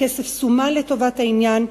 הכסף סומן לטובת העניין,